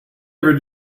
ever